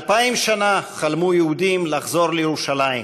אלפיים שנה חלמו היהודים לחזור לירושלים,